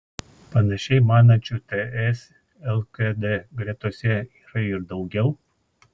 panašiai manančių ts lkd gretose yra ir daugiau